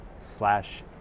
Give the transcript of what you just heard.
slash